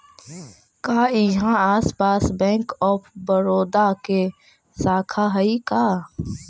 का इहाँ आसपास बैंक ऑफ बड़ोदा के शाखा हइ का?